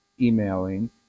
emailing